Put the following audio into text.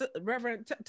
Reverend